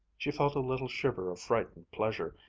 she felt a little shiver of frightened pleasure,